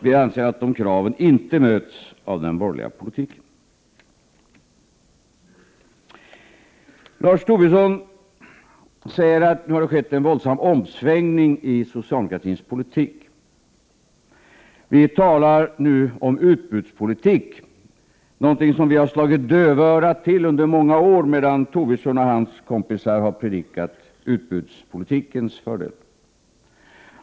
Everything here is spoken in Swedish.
Vi anser att de kraven inte möts av den borgerliga politiken. Lars Tobisson sade att det nu skett en våldsam omsvängning i socialdemokratins politik. Han sade att vi nu talar om utbudspolitik, någonting som vi 67 slagit dövörat till under många år medan Tobisson själv och hans kompisar predikat dess fördelar.